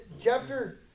chapter